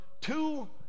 two